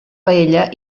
paella